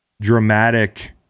dramatic